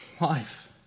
life